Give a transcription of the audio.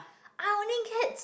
i only get